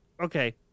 Okay